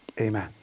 amen